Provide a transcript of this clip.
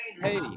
hey